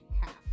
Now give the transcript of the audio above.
half